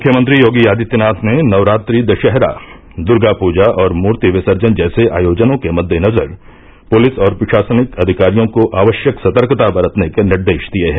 मुख्यमंत्री योगी आदित्यनाथ ने नवरात्रि दशहरा दुर्गापूजा और मूर्ति विसर्जन जैसे आयोजनों के मद्देनजर पुलिस और प्रशासनिक अधिकारियों को आवश्यक सतर्कता बरतने के निर्देश दिये हैं